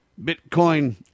Bitcoin